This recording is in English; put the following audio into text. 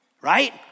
Right